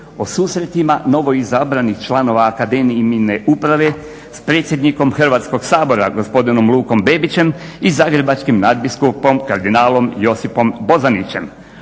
O susretima novoizabranih članova akademijine uprave s predsjednikom Hrvatskog sabora gospodinom Lukom Bebićem i zagrebačkim nadbiskupom kardinalom Josipom Bozanićem.